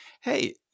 hey